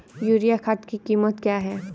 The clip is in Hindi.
यूरिया खाद की कीमत क्या है?